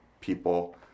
people